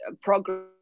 program